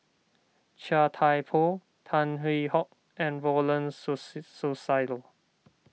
Chia Thye Poh Tan Hwee Hock and Ronald Susilo